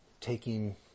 taking